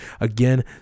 Again